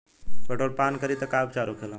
Petrol पान करी तब का उपचार होखेला?